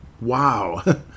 Wow